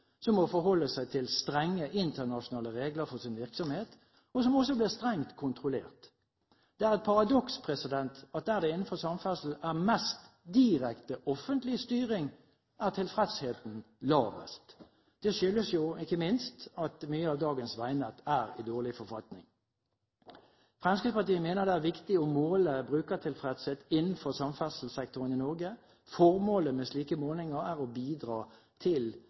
som må forholde seg til strenge internasjonale regler for sin virksomhet, og som også blir strengt kontrollert. Det er et paradoks at der det innenfor samferdsel er mest direkte offentlig styring, er tilfredsheten lavest. Det skyldes ikke minst at mye av dagens veinett er i dårlig forfatning. Fremskrittspartiet mener det er viktig å måle brukertilfredshet innenfor samferdselssektoren i Norge. Formålet med slike målinger er å bidra til